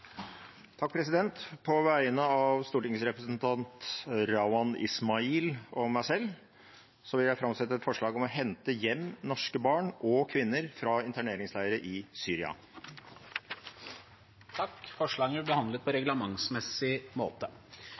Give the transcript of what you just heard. På vegne av stortingsrepresentanten Rauand Ismail og meg selv vil jeg framsette et forslag om å hente hjem norske barn og kvinner fra interneringsleire i Syria. Forslagene vil bli behandlet på reglementsmessig måte.